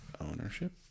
ownership